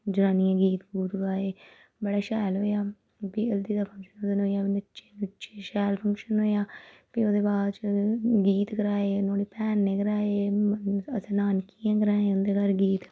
जनानियें गीत गूत गाए बड़ा शैल होएआ ओह् बी हल्दी दा फंगशन नच्चे नुच्चे शैल फंगशन होएआ फ्ही ओह्दे बाद च गीत कराए नुआढ़ी भैन ने कराए असें नानकियें कराए उं'दे घर गीत